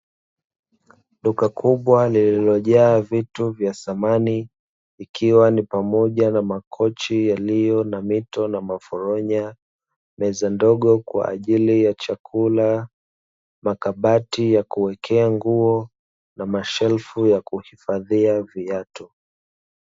Duka kubwa lililojaa vitu vya samani; ikiwa ni pamoja na makochi yaliyo na mito na maforonya, meza ndogo kwa ajili ya chakula, makabati ya kuekea nguo na mashelfu ya kuifadhia viatu.